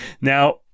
Now